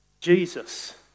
Jesus